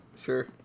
sure